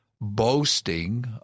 boasting